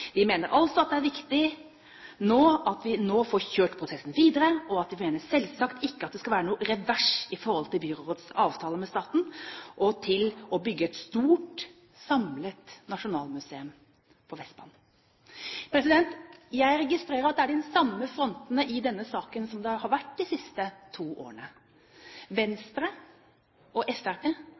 Vi mener altså at det er viktig at vi nå får kjørt prosessen videre, og vi mener selvsagt ikke at det skal være noe revers i forhold til byrådets avtale med staten og til det å bygge et stort, samlet nasjonalmuseum på Vestbanetomten.» Jeg registrerer at det er de samme frontene i denne saken som det har vært de siste to årene. Venstre og